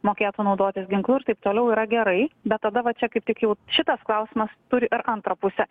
mokėtų naudotis ginklu ir taip toliau yra gerai bet tada va čia kaip tik jau šitas klausimas turi ir antrą pusę